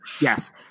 Yes